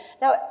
Now